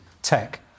tech